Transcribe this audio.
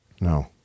No